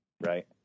right